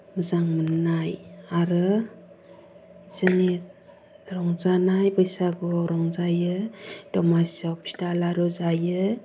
मोजां मोननाय आरो जोंनि रंजानाय बैसागु रंजायो दमासियाव फिथा लारु जायो